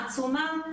עצומה,